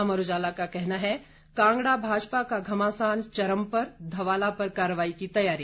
अमर उजाला का कहना है कांगडा भाजपा का घमासान चरम पर धवाला पर कर्रवाही की तैयारी